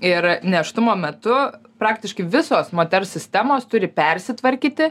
ir nėštumo metu praktiškai visos moters sistemos turi persitvarkyti